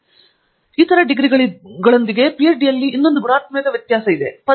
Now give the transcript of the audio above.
ಫಣಿಕುಮಾರ್ ಹೌದು ಆದ್ದರಿಂದ ಅದು ಇತರ ಡಿಗ್ರಿಗಳೊಂದಿಗೆ ಪಿಎಚ್ಡಿನಲ್ಲಿ ಗುಣಾತ್ಮಕ ವ್ಯತ್ಯಾಸವನ್ನು ಬಿಂಬಿಸುತ್ತದೆ